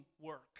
work